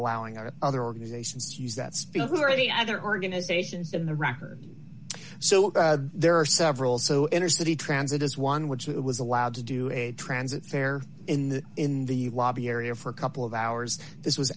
allowing out of other organizations use that speaker or any other organizations in the record so there are several so inner city transit is one which it was allowed to do a transit fare in the in the lobby area for a couple of hours this was